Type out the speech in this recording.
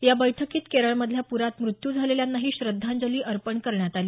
या बैठकीत केरळमधल्या पुरात मृत्यू झालेल्यांनाही श्रद्धांजली अर्पण करण्यात आली